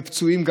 וגם בפצועים.